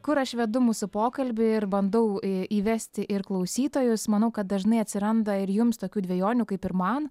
kur aš vedu mūsų pokalbį ir bandau įvesti ir klausytojus manau kad dažnai atsiranda ir jums tokių dvejonių kaip ir man